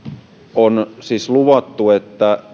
on siis luvattu että